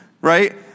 right